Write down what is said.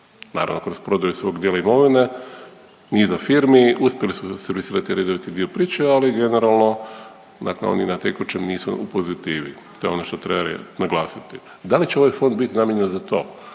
Naravno kroz prodaju svog djela imovine niza firmi uspjeli su servisirati redoviti dio priče, ali generalno dakle oni na tekućem nisu u pozitivi. To je ono što treba naglasiti. A da li će ovaj fond biti namijenjen za to?